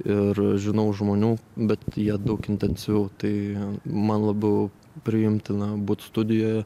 ir žinau žmonių bet jie daug intensyviau tai man labiau priimtina būt studijoje